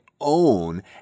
own